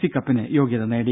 C കപ്പിന് യോഗ്യത നേടി